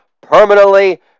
permanently